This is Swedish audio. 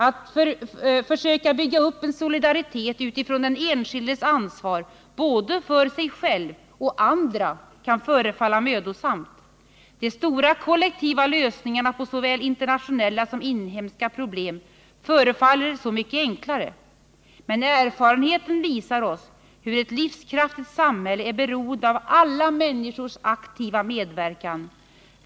Att försöka bygga upp en solidaritet utifrån den enskildes ansvar både för sig själv och andra kan förefalla mödosamt. De stora kollektiva lösningarna på såväl internationella som inhemska problem förefaller så mycket enklare. Men erfarenheten visar oss hur ett livskraftigt samhälle är beroende av alla människors aktiva medverkan.